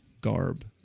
garb